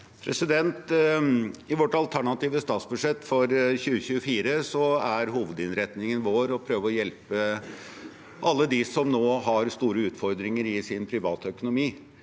I vårt alterna- tive statsbudsjett for 2024 er hovedinnretningen vår å prøve å hjelpe alle dem som nå har store utfordringer i sin privatøkonomi.